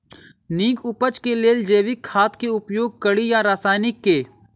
नीक उपज केँ लेल जैविक खाद केँ उपयोग कड़ी या रासायनिक केँ?